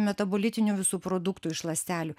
metabolitinių visų produktų iš ląstelių